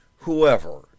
whoever